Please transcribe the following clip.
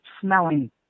smelling